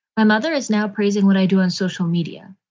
another is now praising what i do on social media,